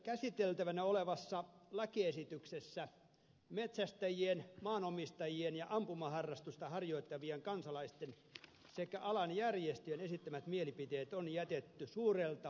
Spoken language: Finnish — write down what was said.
käsiteltävänä olevassa lakiesityksessä metsästäjien maanomistajien ja ampumaharrastusta harjoittavien kansalaisten sekä alan järjestöjen esittämät mielipiteet on jätetty suurelta osin huomioimatta